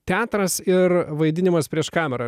teatras ir vaidinimas prieš kamerą